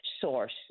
source